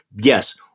yes